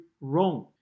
wrong